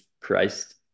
Christ